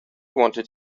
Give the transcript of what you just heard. wanted